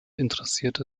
interessierte